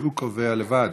והיא קובעת לבד,